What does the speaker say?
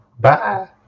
Bye